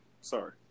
sorry